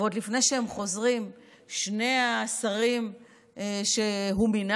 ועוד לפני שהם חוזרים שני השרים שהוא מינה,